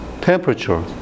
Temperature